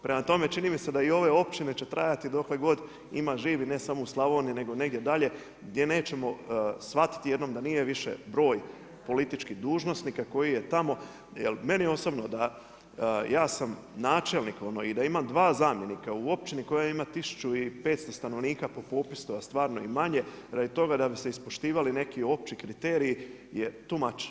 Prema tome, čini mi se da i ove općine će trajati dokle god ima živih, ne samo u Slavoniji, nego negdje dalje, gdje nećemo shvatiti, jednom da nije više broj političkih dužnosnika koji je tamo, jer meni osobno, da ja sam načelnik i da imam2 zamjenika u općini koja ima 1500 stanovnika po popisu, a stvarno je i manje, radi toga da bi se ispoštivali neki opći kriteriji je too much.